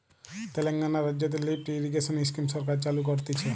তেলেঙ্গানা রাজ্যতে lift irrigation scheme সরকার চালু করতিছে